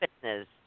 business